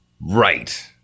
Right